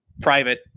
private